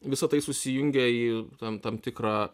visa tai susijungė į tam tam tikrą